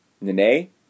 Nene